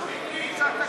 מי צריך תקציב?